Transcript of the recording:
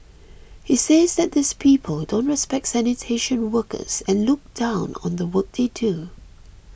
he says that these people don't respect sanitation workers and look down on the work they do